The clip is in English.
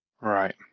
Right